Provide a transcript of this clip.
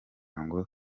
ngo